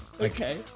Okay